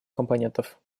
компонентов